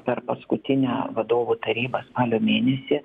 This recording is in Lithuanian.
per paskutinę vadovų tarybą spalio mėnesį